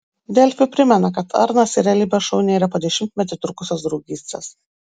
delfi primena kad arnas į realybės šou nėrė po dešimtmetį trukusios draugystės